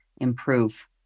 improve